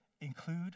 include